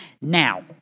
Now